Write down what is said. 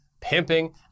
pimping